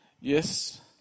Yes